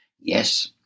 Yes